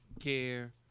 care